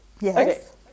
Yes